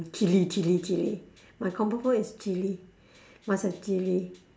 chilli chilli chilli my comfort food is chilli must have chilli